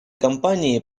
компании